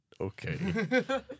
Okay